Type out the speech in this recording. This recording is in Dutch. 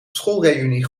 schoolreünie